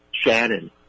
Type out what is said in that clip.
Shannon